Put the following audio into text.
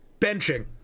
benching